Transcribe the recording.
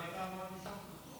הממשלה הייתה אמורה למשוך את החוק.